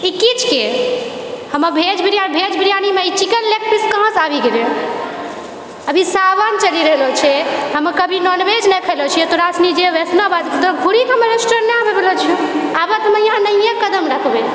ई की छिकै हमे भेज बिरि भेज बिरियानीमे ई चिकन पीस कहाँसँ आबि गेलै अभी सावन चलि रहलो छै हम कभी नॉनवेज नहि खेलो छिऐ तोरा सुनि जे वैष्णव आदमी नहिए कदम रखबै